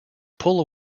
pull